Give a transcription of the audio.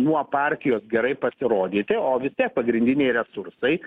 nuo partijos gerai pasirodyti o vis tiek pagrindiniai resursai